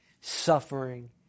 suffering